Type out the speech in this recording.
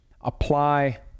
apply